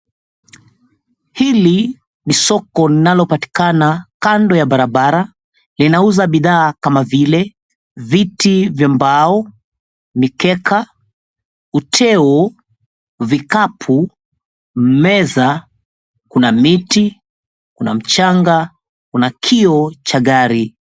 Hili ni soko linalopatikana kando ya barabara, linauza bidhaa kama vile viti vya mbao, mikeka, uteo, vikapu, meza, kuna miti, kuna mchanga, kuna kioo cha gari.